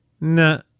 no